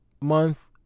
month